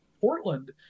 Portland